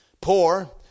Poor